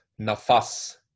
nafas